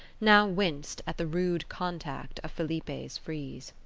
now winced at the rude contact of felipe's frieze.